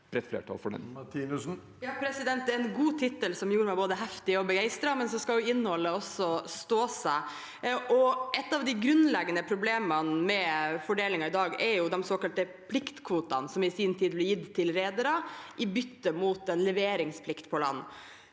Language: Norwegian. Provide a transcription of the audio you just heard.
(R) Det er en god tittel, som gjorde meg både heftig og begeistret, men innholdet skal jo også stå seg. Et av de grunnleggende problemene med fordelingen i dag er de såkalte pliktkvotene, som i sin tid ble gitt til redere i bytte mot leveringsplikt på land.